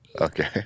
Okay